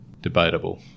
Debatable